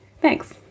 thanks